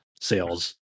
sales